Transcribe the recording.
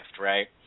right